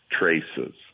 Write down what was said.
traces